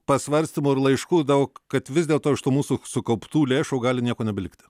pasvarstymų ir laiškų daug kad vis dėl to iš tų mūsų sukauptų lėšų gali nieko nebelikti